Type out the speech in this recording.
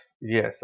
yes